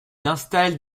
installe